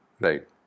Right